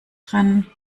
trennen